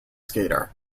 skater